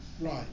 Right